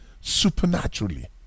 supernaturally